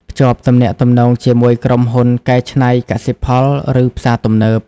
ភ្ជាប់ទំនាក់ទំនងជាមួយក្រុមហ៊ុនកែច្នៃកសិផលឬផ្សារទំនើប។